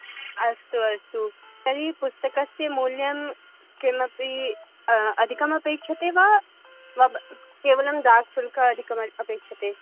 अस्तु अस्तु तर्हि पुस्तकस्य मुल्यं किमपि अधिकम् अपेक्षते वा केवलं डाक्शुल्कम् अधिकम् अपेक्षते